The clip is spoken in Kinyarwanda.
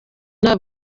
nta